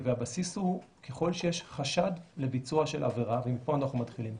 והבסיס הוא ככל שיש חשד לביצוע של עבירה ומפה אנחנו מתחילים,